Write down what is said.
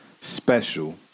Special